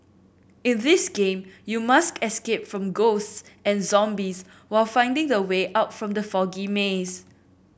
in this game you must escape from ghosts and zombies while finding the way out from the foggy maze